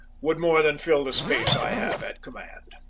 would more than fill the space i have at command.